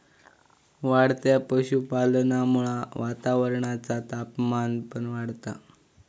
वाढत्या पशुपालनामुळा वातावरणाचा तापमान पण वाढता